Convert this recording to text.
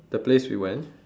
the place we went